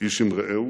איש עם רעהו,